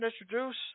introduce